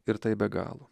ir taip be galo